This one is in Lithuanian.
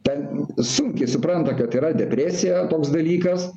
ten sunkiai supranta kad yra depresija toks dalykas